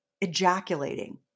ejaculating